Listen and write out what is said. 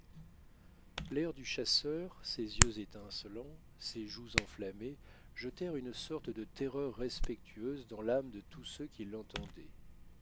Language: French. l'air du chasseur ses yeux étincelants ses joues enflammées jetèrent une sorte de terreur respectueuse dans l'âme de tous ceux qui l'entendaient